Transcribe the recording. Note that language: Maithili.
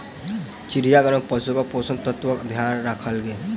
चिड़ियाघर में पशुक पोषक तत्वक ध्यान राखल गेल